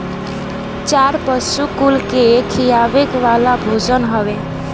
चारा पशु कुल के खियावे वाला भोजन हवे